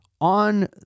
on